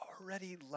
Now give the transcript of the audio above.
already